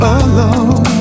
alone